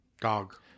dog